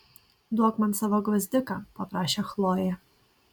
duok man savo gvazdiką paprašė chlojė